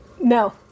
No